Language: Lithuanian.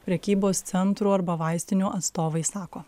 prekybos centrų arba vaistinių atstovai sako